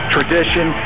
Tradition